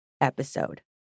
episode